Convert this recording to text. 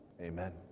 Amen